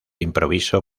improviso